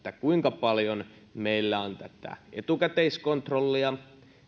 kuinka paljon meillä on tätä etukäteiskontrollia